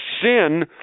sin